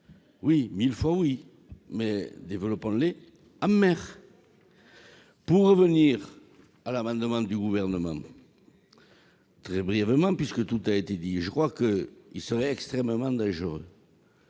ces cultures, mais développons-les en mer ! Pour revenir à l'amendement du Gouvernement- très brièvement, puisque tout a été dit -, il serait extrêmement dangereux